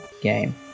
game